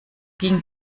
ging